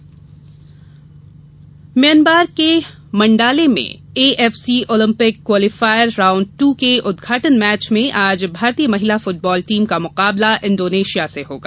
महिला football Myanmar के Mandalay में A F C Olympic qualifier round two के उद्घाटन मैच आज भारतीय महिला फुटबाल टीम का मुकाबला इंडोनेशिया से होगा